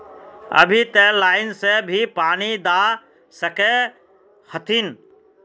अभी ते लाइन से भी पानी दा सके हथीन?